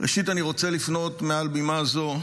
ראשית אני רוצה לפנות מעל בימה זו,